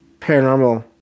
paranormal